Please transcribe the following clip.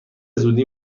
زودی